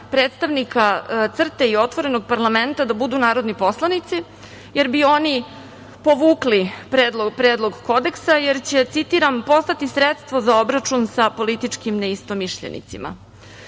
predstavnika CRTE i Otvorenog parlamenta da budu narodni poslanici, jer bi oni povukli Predlog kodeksa, jer će, citiram: „postati sredstvo za obračun sa političkim neistomišljenicima“.Toliko